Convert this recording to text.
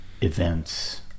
events